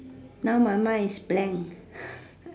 now my mind is blank